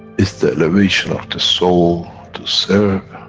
it's the elevation of the soul, to serve,